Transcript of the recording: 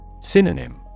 Synonym